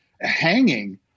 hanging